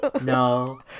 No